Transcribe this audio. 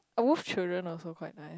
oh Wolf Children also quite nice